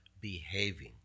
behaving